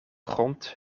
grond